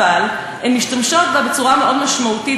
הן משתמשות בה בצורה מאוד משמעותית,